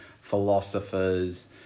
philosophers